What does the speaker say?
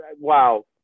Wow